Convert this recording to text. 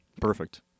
perfect